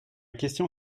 question